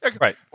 right